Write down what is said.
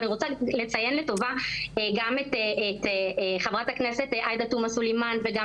ואני רוצה לציין גם חה"כ עאידה תומא סלימאן וגם